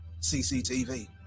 CCTV